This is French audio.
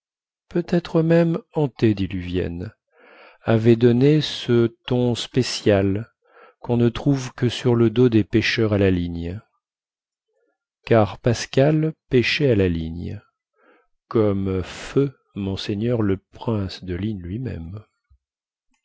peut-être même antédiluviennes avaient donné ce ton spécial quon ne trouve que sur le dos des pêcheurs à la ligne car pascal pêchait à la ligne comme feu monseigneur le prince de ligne lui-même